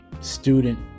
student